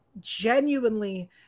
genuinely